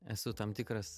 esu tam tikras